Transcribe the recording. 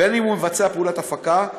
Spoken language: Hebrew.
בין שהוא מבצע פעולת הפקה,